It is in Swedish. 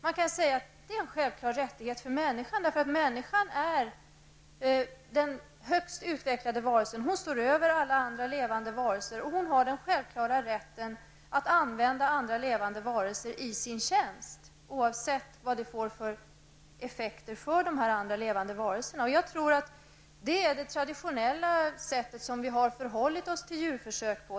Enligt en uppfattning är det en självklar rättighet för människan, därför att människan är den högst utvecklade varelsen. Människan står över alla andra levande varelser, och hon har den självklara rätten att använda andra levande varelser i sin tjänst -- oavsett effekterna för de andra levande varelserna. Jag tror att det är det traditionella sätt på vilket vi har förhållit oss till djurförsök.